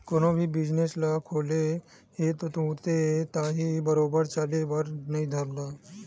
कोनो भी बिजनेस ह खोले ले तुरते ताही बरोबर चले बर नइ धरय